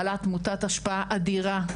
בעלת מוטת השפעה אדירה,